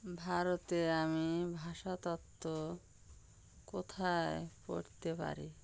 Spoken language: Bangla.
ভারতে আমি ভাষাতত্ত্ব কোথায় পড়তে পারি